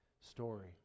story